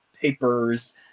papers